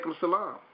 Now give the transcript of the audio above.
salam